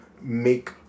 make